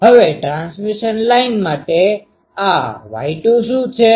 હવે transmission line માટે આ Y2 શું છે